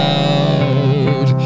out